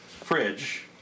fridge